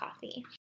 Coffee